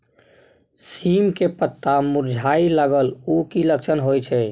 सीम के पत्ता मुरझाय लगल उ कि लक्षण होय छै?